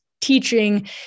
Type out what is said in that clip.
teaching